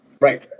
Right